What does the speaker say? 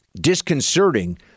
Disconcerting